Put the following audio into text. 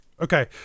Okay